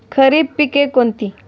खरीप पिके कोणती?